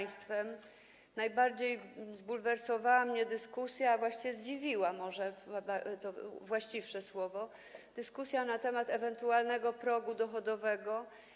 Najbardziej zbulwersowała mnie, a właściwie zdziwiła, może to właściwsze słowo, dyskusja na temat ewentualnego progu dochodowego.